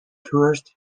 tourist